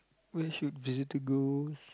where should visitors go